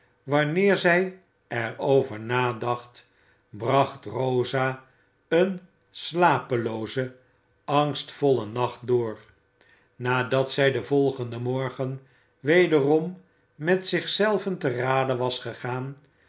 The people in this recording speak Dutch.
wanneer zij er over nadacht bracht rosa een slapeloozen angstvollen nacht door nadat zij den volgenden morgen wederom met zich zelven te rade was gegaan